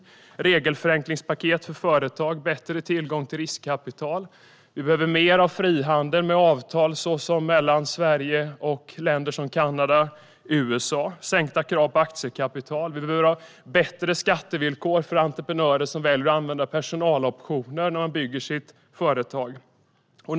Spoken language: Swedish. Det behövs regelförenklingspaket för företag och bättre tillgång till riskkapital. Det behövs mer frihandel med avtal mellan Sverige och länder som Kanada och USA. Det behövs sänkta krav på aktiekapital. Det behövs bättre skattevillkor för entreprenörer som väljer att använda personaloptioner när de bygger sitt företag.